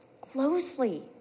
closely